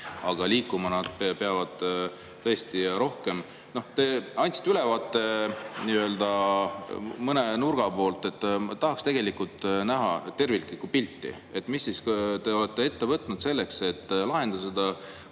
Aga liikuma nad peavad tõesti rohkem. Te andsite ülevaate nii-öelda mõne nurga pealt, aga tahaks tegelikult näha terviklikku pilti, mis te olete ette võtnud selleks, et lahendada seda